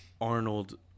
Arnold